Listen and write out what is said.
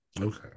Okay